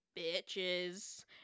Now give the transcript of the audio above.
bitches